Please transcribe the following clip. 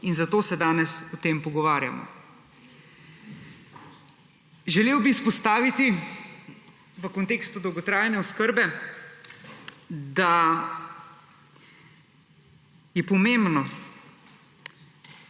In zato se danes o tem pogovarjamo. Želel bi izpostaviti v kontekstu dolgotrajne oskrbe, da je pomembno,